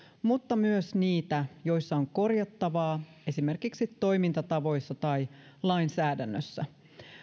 mutta myös niitä joissa on korjattavaa esimerkiksi toimintatavoissa tai lainsäädännössä